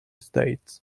states